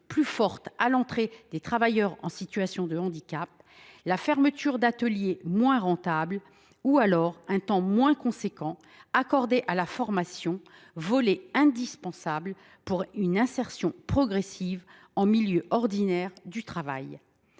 plus forte à l’entrée des travailleurs en situation de handicap, la fermeture d’ateliers moins rentables ou un temps plus restreint accordé à la formation, volet indispensable pour une insertion progressive en milieu ordinaire de travail.